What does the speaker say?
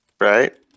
Right